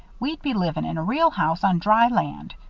we'd be livin' in a real house on dry land.